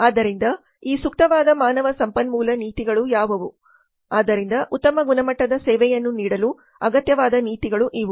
ಆದ್ದರಿಂದ ಈ ಸೂಕ್ತವಾದ ಮಾನವ ಸಂಪನ್ಮೂಲ ನೀತಿಗಳು ಯಾವುವು ಆದ್ದರಿಂದ ಉತ್ತಮ ಗುಣಮಟ್ಟದ ಸೇವೆಯನ್ನು ನೀಡಲು ಅಗತ್ಯವಾದ ನೀತಿಗಳು ಇವು